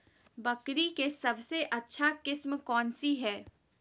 बकरी के सबसे अच्छा किस्म कौन सी है?